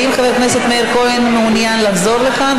האם חבר הכנסת מאיר כהן מעוניין לחזור לכאן?